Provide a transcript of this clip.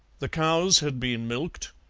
the cows had been milked,